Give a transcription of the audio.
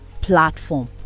platform